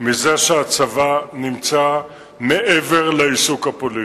מזה שהצבא נמצא מעבר לעיסוק הפוליטי.